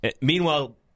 meanwhile